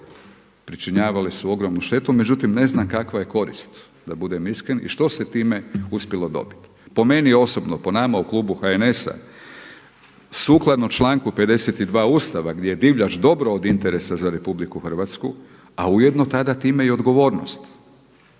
Pričinjavale su ogromnu štetu. Međutim ne znam kakva je korist, da budem iskren i što se time uspjelo dobiti. Po meni osobno, po nama u klubu HNS-a sukladno članku 52. Ustava gdje je divljač dobro od interesa za RH a ujedno tada time i odgovornost